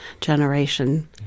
generation